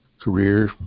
career